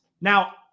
now